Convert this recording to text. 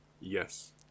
yes